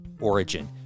Origin